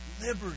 liberty